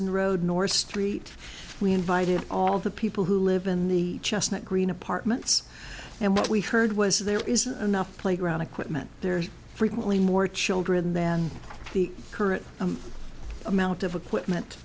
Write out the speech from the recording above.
the road nor street we invited all the people who live in the chestnut green apartments and what we heard was there isn't enough playground equipment there's frequently more children than the current amount of equipment